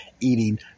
eating